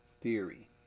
theory